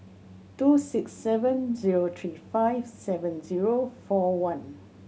two six seven zero three five seven zero four one